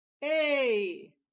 Hey